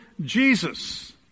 Jesus